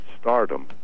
stardom